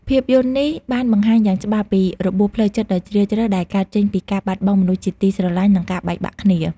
ភាពយន្តនេះបានបង្ហាញយ៉ាងច្បាស់ពី របួសផ្លូវចិត្តដ៏ជ្រាលជ្រៅ ដែលកើតចេញពីការបាត់បង់មនុស្សជាទីស្រឡាញ់ និងការបែកបាក់គ្នា